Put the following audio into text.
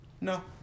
No